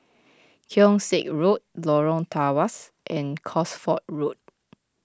Keong Saik Road Lorong Tawas and Cosford Road